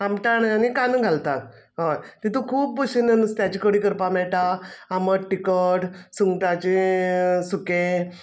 आमटाण आनी कांदो घालतात हय तितू खूब भशेन नुस्त्याची कडी करपा मेळटा आमट टिकड सुंगटाचें सुकें